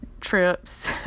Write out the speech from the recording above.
trips